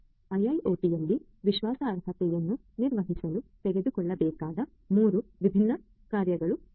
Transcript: ಐಐಒಟಿಯಲ್ಲಿ ವಿಶ್ವಾಸಾರ್ಹತೆಯನ್ನು ನಿರ್ವಹಿಸಲು ತೆಗೆದುಕೊಳ್ಳಬೇಕಾದ ಮೂರು ವಿಭಿನ್ನ ಕ್ರಮಗಳು ಇವು